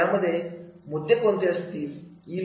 त्यामध्ये मुद्दे कोणते असतात